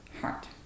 heart